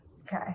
okay